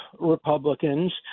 Republicans